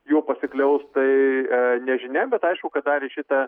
juo pasikliaus tai a nežinia bet aišku kad dar į šitą